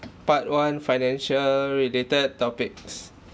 part one financial related topics